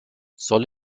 soll